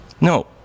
No